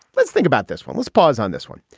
let's think about this one, let's pause on this one.